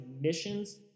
missions